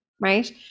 right